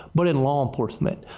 but in law enforcement.